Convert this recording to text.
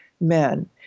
men